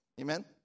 Amen